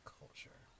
culture